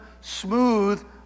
smooth